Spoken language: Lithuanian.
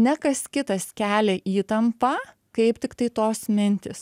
ne kas kitas kelia įtampą kaip tiktai tos mintys